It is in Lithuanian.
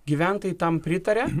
gyventojai tam pritaria